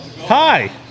Hi